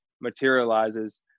materializes